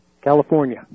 California